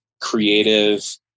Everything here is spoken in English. creative